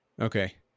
Okay